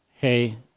hey